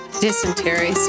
dysentery